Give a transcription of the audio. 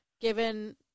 given